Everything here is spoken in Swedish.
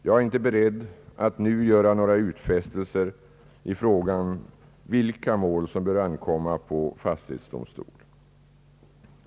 Jag är inte beredd att redan nu göra några utfästelser i frågan om vilka mål som bör ankomma på fastighetsdomstol.